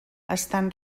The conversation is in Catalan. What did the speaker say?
estan